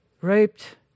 Raped